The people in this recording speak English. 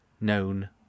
known